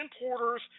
importers